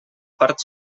part